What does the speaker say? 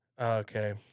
Okay